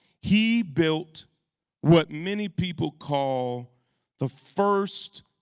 he built what many people call the first